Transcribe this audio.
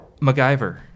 MacGyver